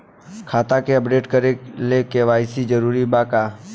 खाता के अपडेट करे ला के.वाइ.सी जरूरी बा का?